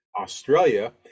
Australia